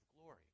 glory